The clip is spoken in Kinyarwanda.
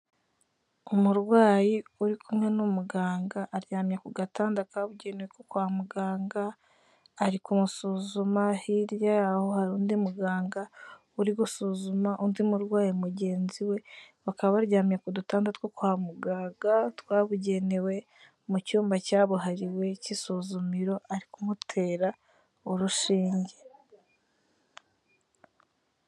Umurwayi uri kumwe n'umuganga aryamye ku gatanda kabugewe ko kwa muganga, ari kumusuzuma hirya yaho hari undi muganga uri gusuzuma undi murwayi mugenzi we, bakaba baryamye ku dutanda two kwa muganga twabugenewe mu cyumba cyabuhariwe k'isuzumiro ari kumutera urushinge.